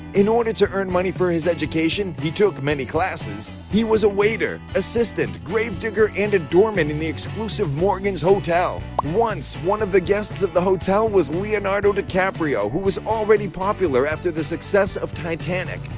in order to earn money for his education, he took many classes, he was a waiter, assistant, gravedigger and a doorman in the exclusive morgans hotel. once one of the guests of the hotel was leonardo dicaprio who was already popular after the success of titanic.